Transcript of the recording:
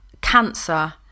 cancer